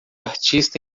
artista